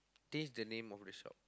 change the name of the shop